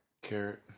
carrot